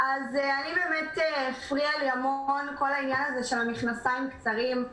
הפריע לי כל העניין של המכנסיים הקצרים.